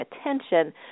attention